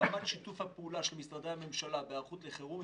שרמת שיתוף הפעולה של משרדי הממשלה בהיערכות לחירום,